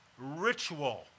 Ritual